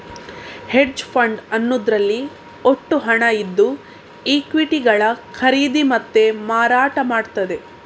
hedge fund ಅನ್ನುದ್ರಲ್ಲಿ ಒಟ್ಟು ಹಣ ಇದ್ದು ಈಕ್ವಿಟಿಗಳ ಖರೀದಿ ಮತ್ತೆ ಮಾರಾಟ ಮಾಡ್ತದೆ